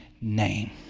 name